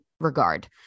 regard